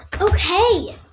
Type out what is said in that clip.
Okay